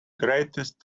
greatest